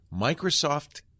Microsoft